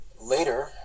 Later